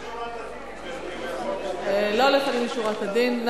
תני לו, לפנים משורת הדין, גברתי.